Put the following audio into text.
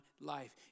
life